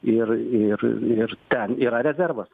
ir ir ir ten yra rezervas